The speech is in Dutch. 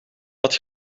dat